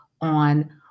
on